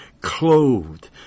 Clothed